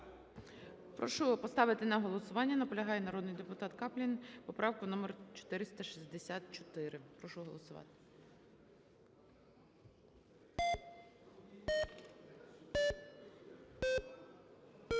Прошу поставити на голосування – наполягає народний депутат Каплін – поправку номер 464. Прошу голосувати.